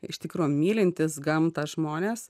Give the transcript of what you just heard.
iš tikro mylintys gamtą žmonės